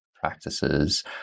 practices